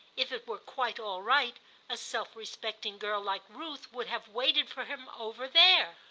if it were quite all right a self-respecting girl like ruth would have waited for him over there.